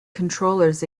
controllers